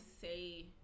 say